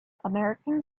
american